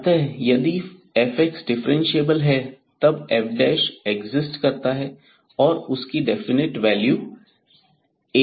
अतः यदि f differentiable है तब f एक्सिस्ट करता है और उसकी डेफिनेट वैल्यू A है